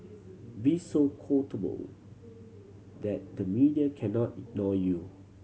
be so quotable that the media cannot ignore you